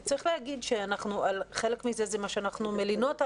צריך להגיד על חלק מזה שזה מה שאנחנו מלינות עליו,